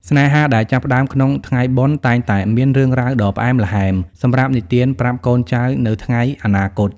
ស្នេហាដែលចាប់ផ្ដើមក្នុងថ្ងៃបុណ្យ តែងតែមាន "រឿងរ៉ាវដ៏ផ្អែមល្ហែម" សម្រាប់និទានប្រាប់កូនចៅនៅថ្ងៃអនាគត។